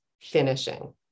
finishing